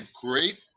great